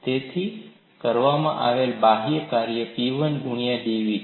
તેથી કરવામાં આવેલ બાહ્ય કાર્ય P1 ગુણ્યા dv છે